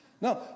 No